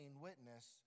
witness